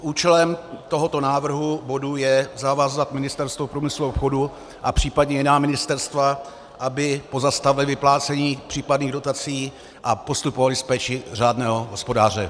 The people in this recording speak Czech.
Účelem tohoto návrhu bodu je zavázat Ministerstvo průmyslu a obchodu a případně jiná ministerstva, aby pozastavila vyplácení případných dotací a postupovala s péčí řádného hospodáře.